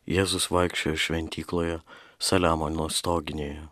jėzus vaikščiojo šventykloje saliamono stoginėje